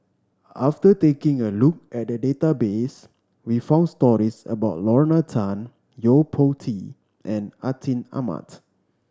after taking a look at the database we found stories about Lorna Tan Yo Po Tee and Atin Amat